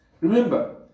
Remember